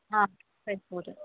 ஆ இது போதும்